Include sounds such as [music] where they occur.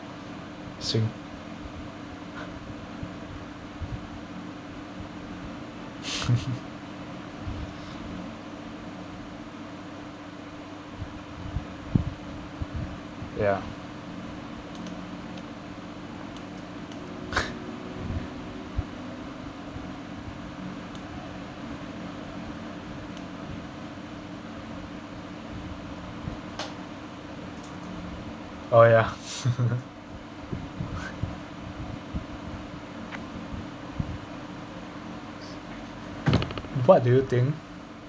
swing [laughs] ya [laughs] oh yeah [laughs] what do you think